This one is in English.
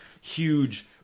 huge